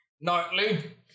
Nightly